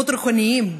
אבות רוחניים,